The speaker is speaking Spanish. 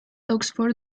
oxford